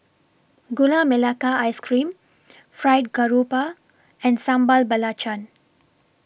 Gula Melaka Ice Cream Fried Garoupa and Sambal Belacan